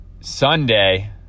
Sunday